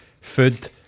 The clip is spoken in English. food